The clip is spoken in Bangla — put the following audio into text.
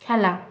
খেলা